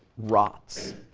rots,